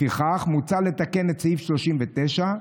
לפיכך מוצע לתקן את סעיף 39,